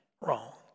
wrong